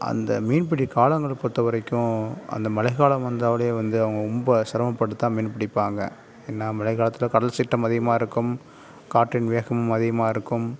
அந்த மீன்பிடிக்காலங்கள் பொறுத்தவரைக்கும் அந்த மழைக்காலம் வந்தாலே வந்து அவங்க ரொம்ப சிரமப்பட்டுதான் மீன்பிடிப்பாங்க ஏன்னால் மழைக்காலத்தில் கடல் சீற்றம் அதிகமாக இருக்கும் காற்றின் வேகமும் அதிகமாக இருக்கும்